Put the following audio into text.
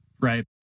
Right